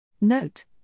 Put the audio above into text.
Note